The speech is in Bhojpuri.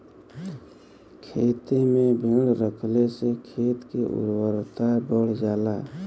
खेते में भेड़ रखले से खेत के उर्वरता बढ़ जाला